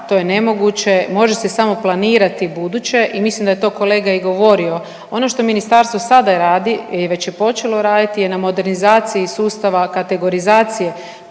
to je nemoguće. Može se samo planirati buduće i mislim da je to kolega i govorio. Ono što ministarstvo sada radi, već je počelo raditi, na modernizaciji sustava kategorizacije,